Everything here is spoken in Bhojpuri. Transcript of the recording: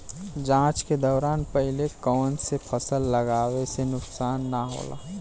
जाँच के दौरान पहिले कौन से फसल लगावे से नुकसान न होला?